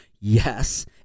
Yes